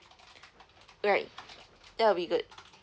alright that'll be good